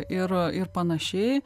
ir ir panašiai